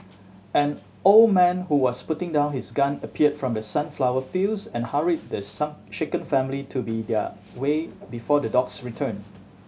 an old man who was putting down his gun appeared from the sunflower fields and hurried the sun shaken family to be their way before the dogs return